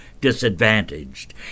disadvantaged